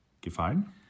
gefallen